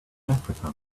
africa